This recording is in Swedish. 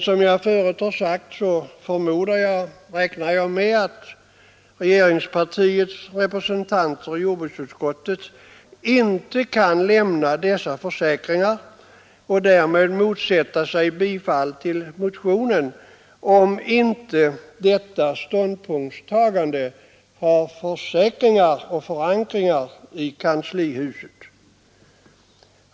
Som jag förut sagt räknar jag emellertid med att regeringspartiets representanter i jordbruksutskottet inte lämnar sådana försäkringar och därmed motsätter sig bifall till motionen, om inte detta ståndpunktstagande har förankringar i kanslihuset.